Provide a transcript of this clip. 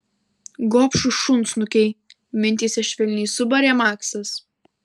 gobšūs šunsnukiai mintyse švelniai subarė maksas